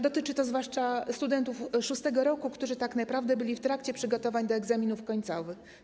Dotyczy to zwłaszcza studentów szóstego roku, którzy tak naprawdę byli w trakcie przygotowań do egzaminów końcowych.